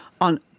on